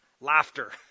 Laughter